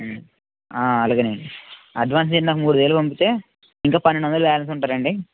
అలాగే అండి అడ్వాన్స్ మీరు నాకు మూడు వేలు పంపితే ఇంకా పన్నెండు వందలు బ్యాలెన్స్ ఉంటారు అండి